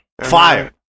Fire